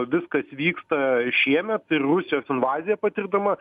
viskas vyksta šiemet ir rusijos invaziją patirdama